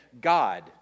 God